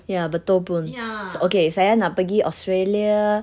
ya betul pun okay saya nak pergi australia